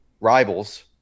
rivals